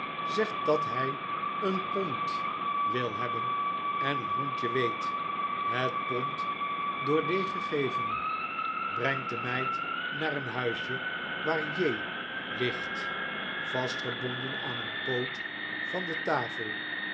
zegt dat hij een pond wil hebben en een hondje weet het pond door d gegeven brengt de meid naar een huisje waar j ligt vastgebonden aan een poot van de tafel